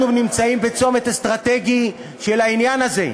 אנחנו נמצאים בצומת אסטרטגי של העניין הזה.